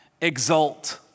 Exult